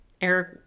Eric